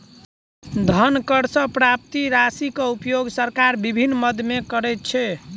धन कर सॅ प्राप्त राशिक उपयोग सरकार विभिन्न मद मे करैत छै